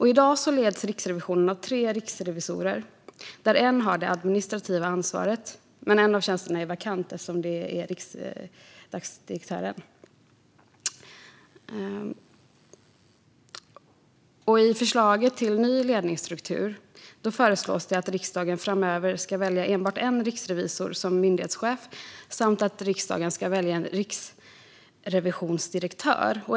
I dag leds Riksrevisionen av tre riksrevisorer där en har det administrativa ansvaret. En av tjänsterna är vakant eftersom riksdagsdirektören hade den tjänsten. I förslaget till ny ledningsstruktur föreslås att riksdagen framöver ska välja enbart en riksrevisor som myndighetschef samt att riksdagen ska välja en riksrevisionsdirektör.